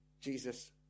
Jesus